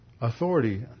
authority